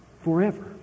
Forever